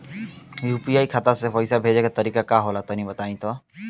UPI खाता से पइसा भेजे के तरीका का होला तनि बताईं?